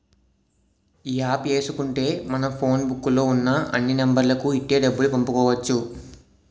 ఈ యాప్ ఏసుకుంటే మనం ఫోన్ బుక్కు లో ఉన్న అన్ని నెంబర్లకు ఇట్టే డబ్బులు పంపుకోవచ్చు